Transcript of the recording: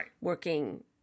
working